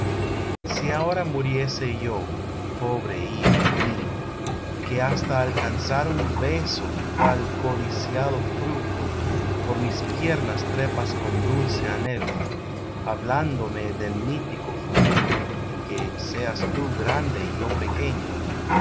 si ahora muriese yo pobre hijo mío que hasta alcanzar un beso cual codiciado fruto por mis piernas trepas con dulce anhelo hablándome del mítico futuro en que seas tú grande y yo pequeño